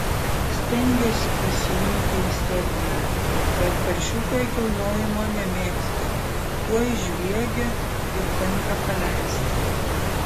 stengiasi pasiimti į sterblę bet paršiukai kilnojimo nemėgsta tuoj žviegia ir tenka paleisti